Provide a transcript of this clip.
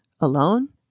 alone